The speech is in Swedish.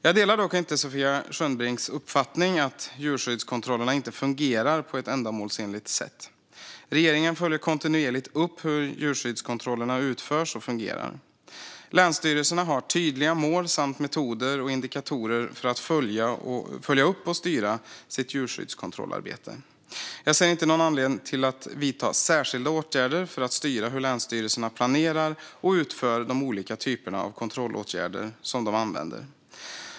Jag delar dock inte Sofia Skönnbrinks uppfattning att djurskyddskontrollerna inte fungerar på ett ändamålsenligt sätt. Regeringen följer kontinuerligt upp hur djurskyddskontrollerna utförs och fungerar. Länsstyrelserna har tydliga mål samt metoder och indikatorer för att följa upp och styra sitt djurskyddskontrollarbete. Jag ser inte någon anledning att vidta särskilda åtgärder för att styra hur länsstyrelserna planerar och utför de olika typer av kontrollåtgärder som de använder.